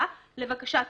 לבקשת